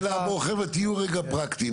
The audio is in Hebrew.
שאלה מורחבת, תהיו רגע פרקטיים.